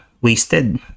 wasted